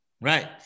right